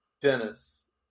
Dennis